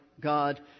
God